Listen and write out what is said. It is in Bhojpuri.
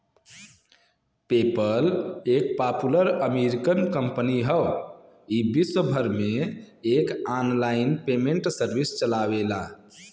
पेपल एक पापुलर अमेरिकन कंपनी हौ ई विश्वभर में एक आनलाइन पेमेंट सर्विस चलावेला